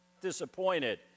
disappointed